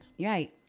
Right